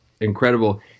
incredible